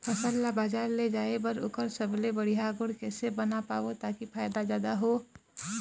फसल ला बजार ले जाए बार ओकर सबले बढ़िया गुण कैसे बना पाबो ताकि फायदा जादा हो?